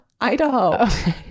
Idaho